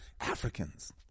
Africans